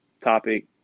topic